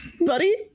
buddy